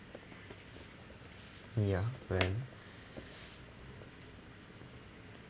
ya when